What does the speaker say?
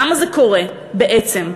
למה זה קורה בעצם?